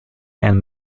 and